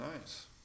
Nice